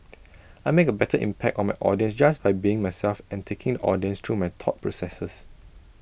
I make A better impact on my audience just by being myself and taking audience through my thought processes